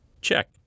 Check